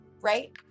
Right